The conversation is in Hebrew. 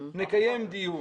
נקיים דיון.